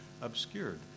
obscured